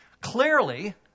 Clearly